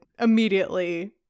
immediately